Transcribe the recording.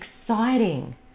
exciting